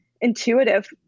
intuitive